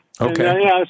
Okay